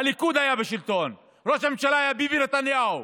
הליכוד היה בשלטון, ראש הממשלה היה ביבי נתניהו,